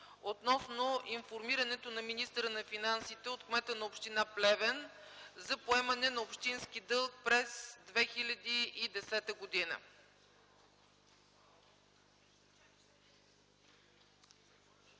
относно информирането на министъра на финансите от кмета на община Плевен за поемане на общински дълг през 2010 г.